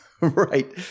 Right